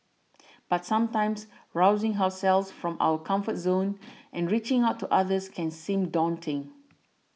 but sometimes rousing ourselves from our comfort zones and reaching out to others can seem daunting